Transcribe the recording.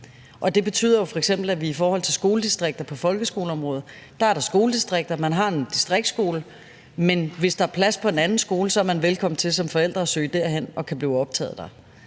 Det betyder jo – f.eks. i forhold til skoledistrikter på folkeskoleområdet – at der er skoledistrikter, altså at man har en distriktsskole, men hvis der er plads på en anden skole, er man velkommen til som forældre at søge derhen, for at barnet kan blive optaget der.